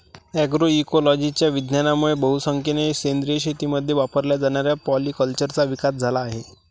अग्रोइकोलॉजीच्या विज्ञानामुळे बहुसंख्येने सेंद्रिय शेतीमध्ये वापरल्या जाणाऱ्या पॉलीकल्चरचा विकास झाला आहे